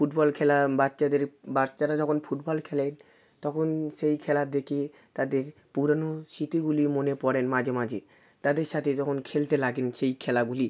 football খেলা বাচ্চাদের বাচ্চারা যখন ফুটবল খেলেন তখন সেই খেলা দেখে তাদের পুরানো স্মৃতিগুলি মনে করেন মাঝে মাঝে তাদের সাথে তখন খেলতে লাগেন সেই খেলাগুলি